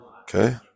Okay